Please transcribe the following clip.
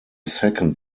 second